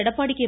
Edappadi K